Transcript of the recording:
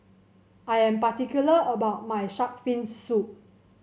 I am particular about my shark fin soup